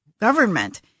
government